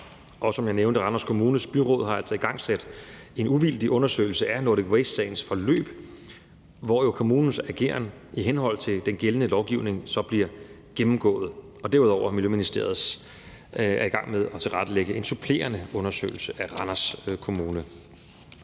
Som jeg nævnte, har Randers Kommunes byråd altså igangsætte en uvildig undersøgelse af Nordic Waste-sagens forløb, hvor kommunens ageren i henhold til den gældende lovgivning så større bliver gennemgået, og derudover er Miljøministeriet i gang med at tilrettelægge en supplerende undersøgelse af Randers Kommune.